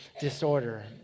disorder